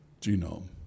genome